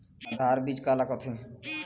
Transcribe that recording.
आधार बीज का ला कथें?